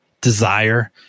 desire